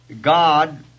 God